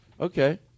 Okay